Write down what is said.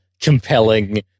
compelling